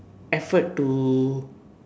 effort to